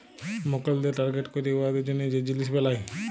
মক্কেলদের টার্গেট ক্যইরে উয়াদের জ্যনহে যে জিলিস বেলায়